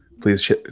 Please